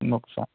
नुकसान